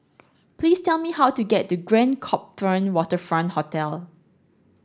please tell me how to get to Grand Copthorne Waterfront Hotel